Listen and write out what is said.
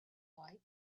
like